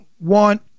want